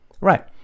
right